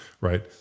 right